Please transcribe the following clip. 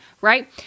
right